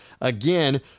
Again